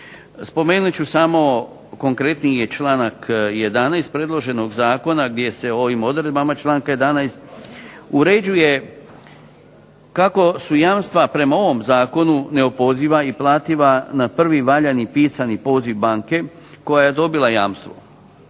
Spomenut ću samo konkretniji je članak 11. predloženog zakona gdje se ovim odredbama članka 11. uređuje kako su jamstva prema ovom Zakonu neopoziva i plativa na prvi valjani pisani poziv banke koja je dobila jamstvo.